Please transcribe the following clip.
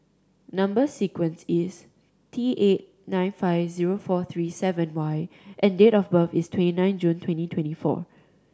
number sequence is T eight nine five zero four three seven Y and date of birth is twenty nine June twenty twenty four